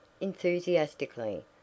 enthusiastically